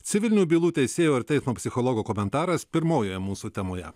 civilinių bylų teisėjo ir teismo psichologo komentaras pirmojoje mūsų temoje